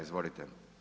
Izvolite.